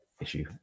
issue